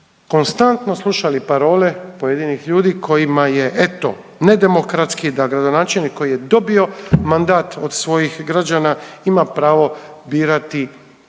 konstantno slušali parole pojedinih ljudi kojima je eto nedemokratski da gradonačelnik koji je dobio mandat od svojih građana ima pravo birati na